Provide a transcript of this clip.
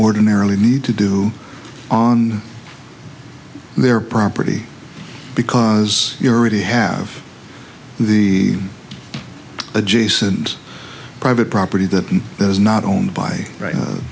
ordinarily need to do on there property because you're already have the adjacent private property that is not owned by